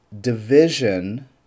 division